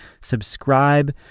subscribe